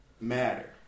matter